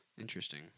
Interesting